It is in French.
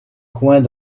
coins